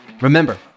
Remember